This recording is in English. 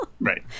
right